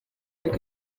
ariko